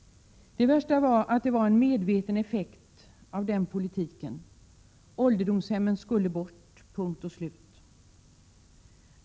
Det värsta är att detta har varit en medveten effekt av den politik som har förts. Ålderdomshemmen skulle bort — punkt och slut.